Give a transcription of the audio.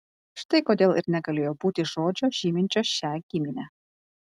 štai kodėl ir negalėjo būti žodžio žyminčio šią giminę